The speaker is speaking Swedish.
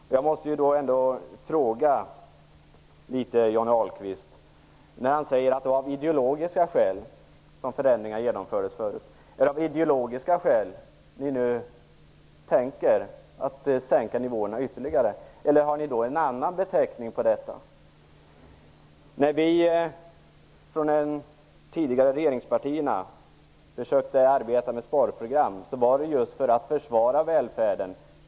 Då måste jag ställa en fråga till Johnny Ahlqvist. Han säger att det var av ideologiska skäl som förändringarna genomfördes förut. Är det av ideologiska skäl ni nu tänker sänka nivåerna ytterligare, eller har ni en annan beteckning på detta? När de tidigare regeringspartierna försökte att arbeta med sparprogram var det just för att försvara välfärden.